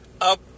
up